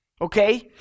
Okay